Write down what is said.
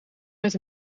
met